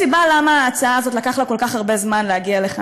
יש סיבה למה לקח כל כך הרבה זמן להצעה הזאת להגיע לכאן.